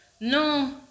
no